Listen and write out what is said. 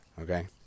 Okay